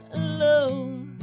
alone